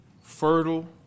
fertile